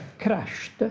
crushed